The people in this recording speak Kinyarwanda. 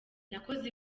nakoze